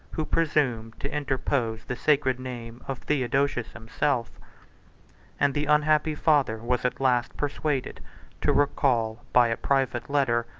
who presumed to interpose the sacred name of theodosius himself and the unhappy father was at last persuaded to recall, by a private letter,